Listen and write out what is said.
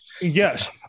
Yes